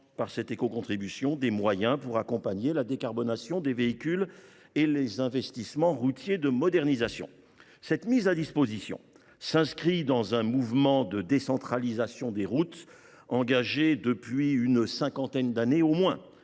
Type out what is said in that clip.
tout en dégageant des moyens pour accompagner la décarbonation des véhicules et les investissements routiers de modernisation. Cette mise à disposition s’inscrit dans un mouvement de décentralisation des routes engagé depuis une cinquantaine d’années au moins,